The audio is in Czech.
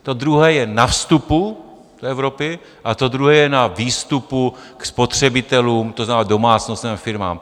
To druhé je na vstupu do Evropy a to druhé je na výstupu k spotřebitelům, to znamená, domácnostem a firmám.